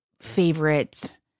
favorite